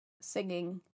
singing